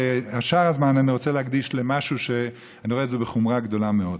ואת שאר הזמן אני רוצה לקדיש למשהו שאני רואה בחומרה גדולה מאוד.